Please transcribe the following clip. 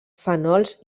fenols